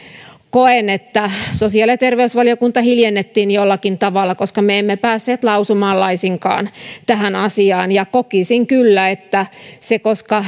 koen että sosiaali ja terveysvaliokunta hiljennettiin jollakin tavalla koska me emme päässeet lausumaan laisinkaan tähän asiaan kokisin kyllä niin koska